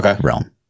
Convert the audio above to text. realm